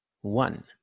one